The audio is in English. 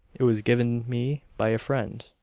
it was given me by a friend,